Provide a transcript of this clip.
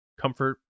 comfort